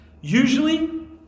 Usually